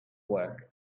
work